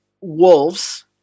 Wolves